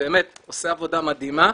באמת עושה עבודה מדהימה,